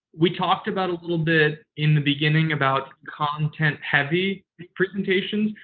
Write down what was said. we talked about a little bit in the beginning about content heavy presentations.